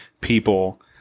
people